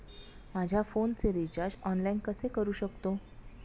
माझ्या फोनचे recharge online कसे करू शकतो?